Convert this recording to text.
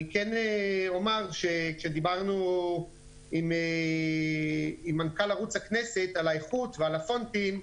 אני כן אומר שכשדיברנו עם מנכ"ל ערוץ הכנסת על האיכות ועל הפונטים,